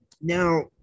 Now